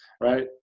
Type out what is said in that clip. right